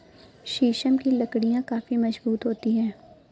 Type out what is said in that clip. शीशम की लकड़ियाँ काफी मजबूत होती हैं